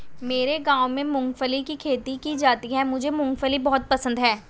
मेरे गांव में मूंगफली की खेती की जाती है मुझे मूंगफली बहुत पसंद है